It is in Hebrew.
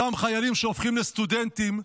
אותם חיילים שהופכים לסטודנטים,